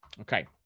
Okay